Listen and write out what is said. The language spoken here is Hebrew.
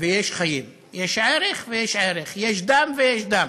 ויש חיים, יש ערך ויש ערך, יש דם ויש דם.